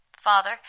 Father